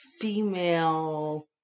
female